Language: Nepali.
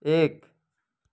एक